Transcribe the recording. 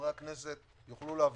חברי הכסת יוכלו להבין.